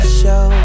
show